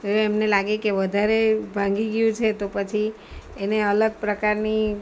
એમને લાગે કે વધારે ભાંગી ગયું છે તો પછી એને અલગ પ્રકારની